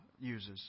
uses